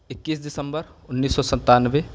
اکیس دسمبر انیس سو ستانوے